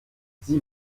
sie